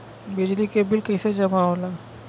बिजली के बिल कैसे जमा होला?